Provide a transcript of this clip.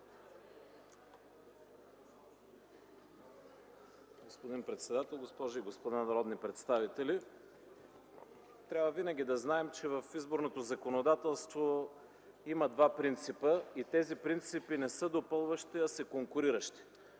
Господин председател, госпожи и господа народни представители! Трябва винаги да знаем, че в изборното законодателство има два принципа и тези принципи не са допълващи се, а са конкуриращи